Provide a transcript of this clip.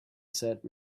set